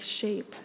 shape